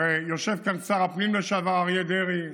הרי יושב כאן שר הפנים לשעבר אריה דרעי,